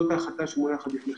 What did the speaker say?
והיא ההחלטה שמונחת בפניכם.